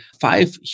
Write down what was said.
five